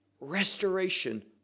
restoration